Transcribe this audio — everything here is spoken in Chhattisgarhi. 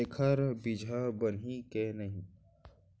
एखर बीजहा बनही के नहीं?